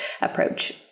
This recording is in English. approach